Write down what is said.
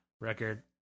Record